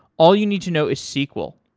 all you need to know is sql.